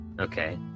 Okay